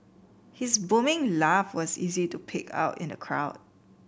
his booming laugh was easy to pick out in the crowd